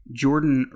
jordan